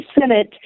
Senate